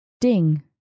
ding